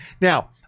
Now